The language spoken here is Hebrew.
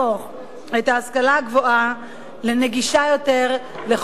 את ההשכלה הגבוהה לנגישה יותר לכל צעיר